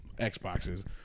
Xboxes